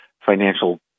financial